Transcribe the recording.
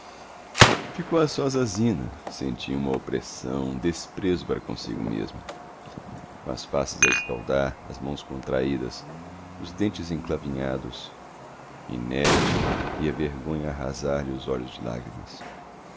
ficou a sós a zina sentia uma oppressão um desprezo para comsigo mesmo com as faces a escaldar as mãos contraídas os dentes enclavinhados inérte e a vergonha a arrazar lhe os olhos de lagrimas